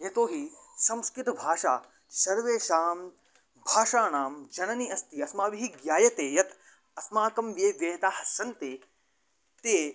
यतोऽहि संस्कृतभाषा सर्वेषां भाषाणां जननी अस्ति अस्माभिः ज्ञायते यत् अस्माकं ये वेदाः सन्ति ते